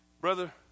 brother